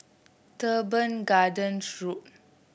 Teban Gardens Road